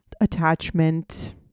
attachment